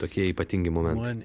tokie ypatingi momentai